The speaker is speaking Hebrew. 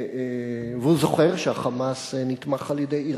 והוא זוכר שה"חמאס" נתמך על-ידי אירן.